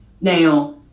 Now